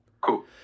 Cool